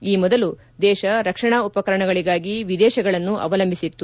ಈ ಮೊದಲು ದೇಶ ರಕ್ಷಣಾ ಉಪಕರಣಗಳಿಗಾಗಿ ವಿದೇಶಗಳನ್ನು ಅವಲಂಭಿಸಿತ್ತು